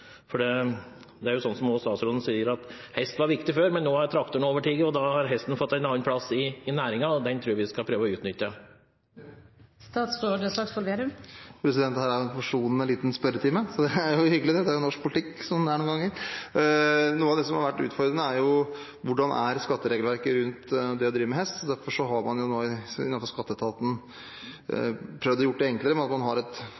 Det er slik som også statsråden sier: Hest var viktig før, men nå har traktoren overtatt, og da har hesten fått en annen plass i næringen, og den tror jeg vi skal prøve å utnytte. Her har vi en forsonende liten spørretime. Det er hyggelig, slik er norsk politikk noen ganger. Noe av det som har vært utfordrende, er hvordan skatteregelverket rundt det å drive med hest er. Man har nå innenfor skatteetaten prøvd å gjøre det enklere ved at man har et